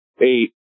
eight